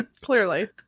clearly